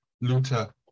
Luther